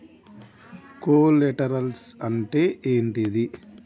Collaterals అంటే ఏంటిది?